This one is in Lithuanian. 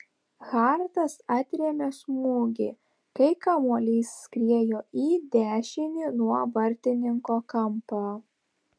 hartas atrėmė smūgį kai kamuolys skriejo į dešinį nuo vartininko kampą